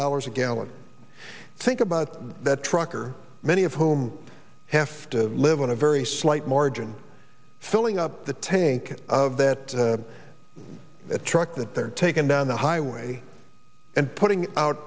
dollars a gallon think about that trucker many of whom have to live on a very slight margin filling up the tank of that truck that they're taking down the highway and putting out